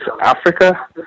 Africa